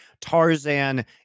Tarzan